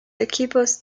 equipos